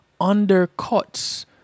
undercuts